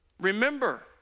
Remember